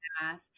math